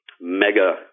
mega